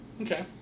Okay